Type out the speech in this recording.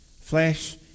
Flesh